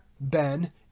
Ben